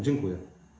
Dziękuję.